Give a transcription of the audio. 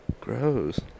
Gross